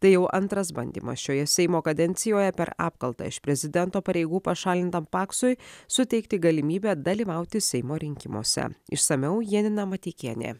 tai jau antras bandymas šioje seimo kadencijoje per apkaltą iš prezidento pareigų pašalintam paksui suteikti galimybę dalyvauti seimo rinkimuose išsamiau janina mateikienė